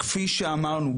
כפי שאמרנו,